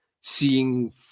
seeing